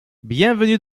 bienvenue